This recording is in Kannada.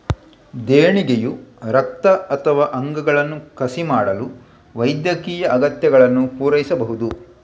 ದೇಣಿಗೆಯು ರಕ್ತ ಅಥವಾ ಅಂಗಗಳನ್ನು ಕಸಿ ಮಾಡಲು ವೈದ್ಯಕೀಯ ಅಗತ್ಯಗಳನ್ನು ಪೂರೈಸಬಹುದು